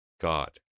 God